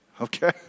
Okay